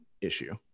issue